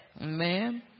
amen